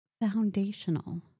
foundational